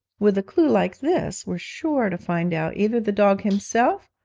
with a clue like this, we're sure to find out, either the dog himself,